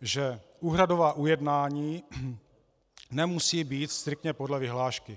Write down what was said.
že úhradová ujednání nemusí být striktně podle vyhlášky.